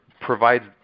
provides